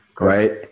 Right